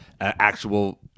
actual